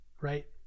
right